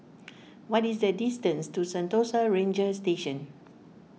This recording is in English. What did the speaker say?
what is the distance to Sentosa Ranger Station